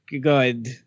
good